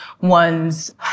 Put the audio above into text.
one's